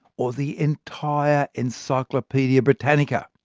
or the entire encyclopaedia britannica.